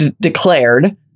declared